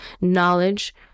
knowledge